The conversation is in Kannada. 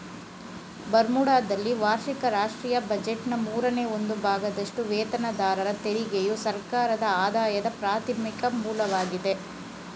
ಬರ್ಮುಡಾದಲ್ಲಿ ವಾರ್ಷಿಕ ರಾಷ್ಟ್ರೀಯ ಬಜೆಟ್ನ ಮೂರನೇ ಒಂದು ಭಾಗದಷ್ಟುವೇತನದಾರರ ತೆರಿಗೆಯು ಸರ್ಕಾರದಆದಾಯದ ಪ್ರಾಥಮಿಕ ಮೂಲವಾಗಿದೆ